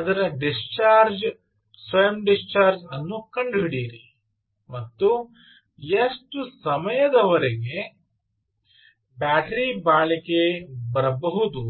ಅದರ ಡಿಸ್ಚಾರ್ಜ್ ಸ್ವಯಂ ಡಿಸ್ಚಾರ್ಜ್ ಅನ್ನು ಕಂಡುಹಿಡಿಯಿರಿ ಮತ್ತು ಎಷ್ಟು ಸಮಯದವರೆಗೆ ಬ್ಯಾಟರಿ ಬಾಳಿಕೆ ಬರಬಹುದು